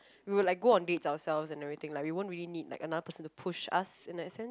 we would like go on dates ourselves and everything lah we don't really need like another person to push us in that sense